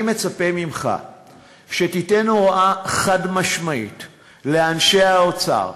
אני מצפה ממך שתיתן הוראה חד-משמעית לאנשי האוצר,